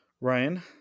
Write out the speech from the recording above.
Ryan